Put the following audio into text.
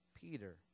Peter